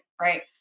right